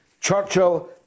Churchill